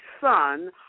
son